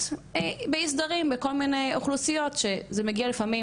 באי סדרים בכל מיני אוכלוסיות שזה מגיע לפעמים,